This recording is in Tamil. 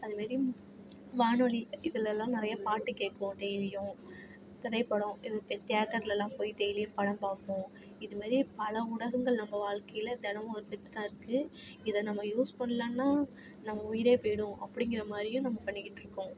அதுமாரி வானொலி இதெலலாம் நெறைய பாட்டு கேட்குவோம் டெய்லியும் திரைப்படம் தேட்டர்லலாம் போய் டெய்லியும் படம் பார்ப்போம் இதுமாரி பல ஊடகங்கள் நம்ப வாழ்க்கையில் தினமும் இருந்துக்கிட்டுதான் இருக்குது இதை நம்ம யூஸ் பண்ணலன்னா நம்ம உயிரே போயிடும் அப்டிங்கிற மாதிரியும் நம்ம பண்ணிக்கிட்டுருக்கோம்